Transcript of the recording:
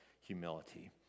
humility